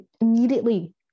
Immediately